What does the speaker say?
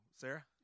Sarah